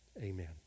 Amen